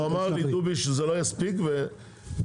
לא, אמר לי דובי שזה לא יספיק, לגמרי.